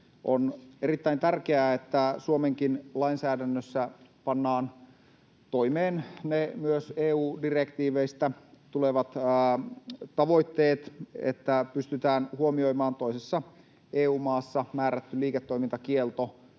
On erittäin tärkeää, että Suomenkin lainsäädännössä pannaan toimeen myös ne EU-direktiiveistä tulevat tavoitteet, että pystytään huomioimaan toisessa EU-maassa määrätty liiketoimintakielto,